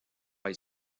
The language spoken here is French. high